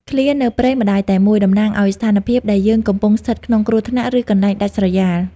ឃ្លា «នៅព្រៃម្ដាយតែមួយ» តំណាងឱ្យស្ថានភាពដែលយើងកំពុងស្ថិតក្នុងគ្រោះថ្នាក់ ឬកន្លែងដាច់ស្រយាល។